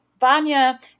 Vanya